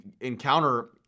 encounter